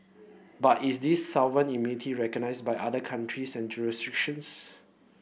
but is this sovereign immunity recognised by other countries and jurisdictions